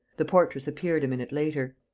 the portress appeared a minute later.